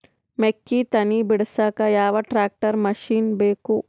ಮೆಕ್ಕಿ ತನಿ ಬಿಡಸಕ್ ಯಾವ ಟ್ರ್ಯಾಕ್ಟರ್ ಮಶಿನ ಬೇಕು?